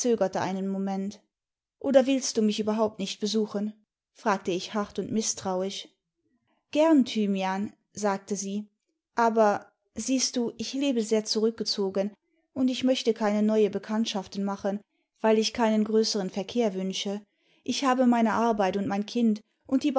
einen moment oder wulst du mich überhaupt nicht besuchen fragte ich hart und mißtrauisch gern thymian sagte sie aber siehst du ich lebe sehr zurückgezogen und ich möchte keine neue bekanntschaften machen weil ich leinen größeren verkehr wünsche ich habe meine arbeit und mein kind und die